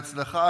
אצלך,